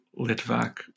litvak